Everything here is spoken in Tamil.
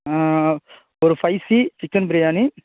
ஒரு ஸ்பைசி சிக்கன் பிரியாணி